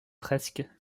fresques